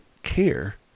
care